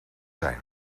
zijn